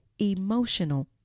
emotional